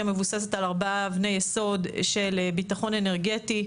מבוססת על ארבע אבני יסוד של ביטחון אנרגטי,